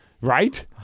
Right